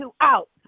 out